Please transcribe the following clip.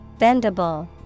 Bendable